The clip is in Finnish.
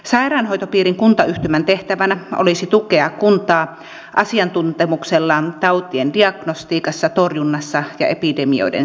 sairaanhoitopiirin kuntayhtymän tehtävänä olisi tukea kuntaa asiantuntemuksellaan tautien diagnostiikassa torjunnassa ja epidemioiden selvittämisessä